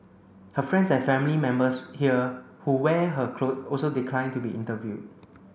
her friends and family members here who wear her clothes also declined to be interviewed